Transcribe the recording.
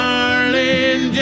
Darling